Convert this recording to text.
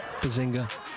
Bazinga